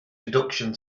deduction